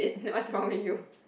what's wrong with you